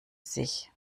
sich